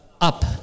up